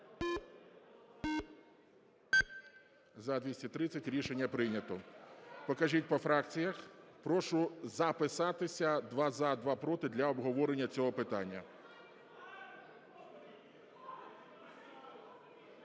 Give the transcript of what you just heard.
За-230 Рішення прийнято. Покажіть по фракціях. Прошу записатися: два – за, два – проти, для обговорення цього питання.